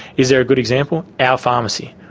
is there a good example? our pharmacy.